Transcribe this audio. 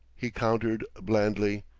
he countered blandly.